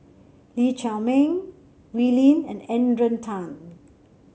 Lee Chiaw Meng Wee Lin and Adrian Tan